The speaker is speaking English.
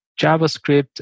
JavaScript